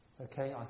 Okay